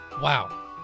Wow